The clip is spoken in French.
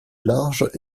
large